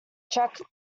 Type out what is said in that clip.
track